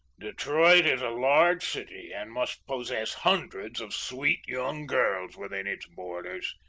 detroit is a large city and must possess hundreds of sweet young girls within its borders.